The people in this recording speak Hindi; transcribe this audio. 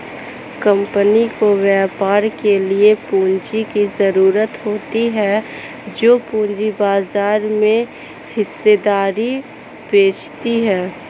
कम्पनी को व्यापार के लिए पूंजी की ज़रूरत होती है जो पूंजी बाजार में हिस्सेदारी बेचती है